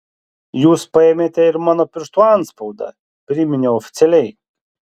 jūs paėmėte ir mano pirštų atspaudą priminiau oficialiai